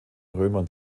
römern